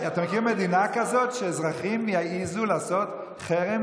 אתה מכיר מדינה כזאת שאזרחים יעזו לעשות חרם